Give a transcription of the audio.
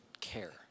care